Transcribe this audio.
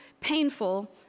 painful